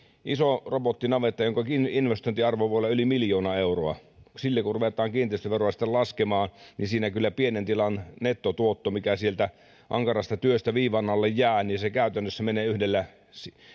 iso robottinavetta jonka investointiarvo voi olla yli miljoona euroa sille kun ruvetaan kiinteistöveroa sitten laskemaan niin siinä kyllä pienen tilan nettotuotto se mikä sieltä ankarasta työstä viivan alle jää menee käytännössä yhdellä